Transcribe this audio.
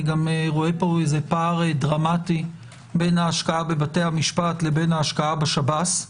אני רואה גם פער דרמטי בין ההשקעה בבתי משפט להשקעה בשב"ס.